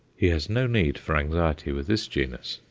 he has no need for anxiety with this genus.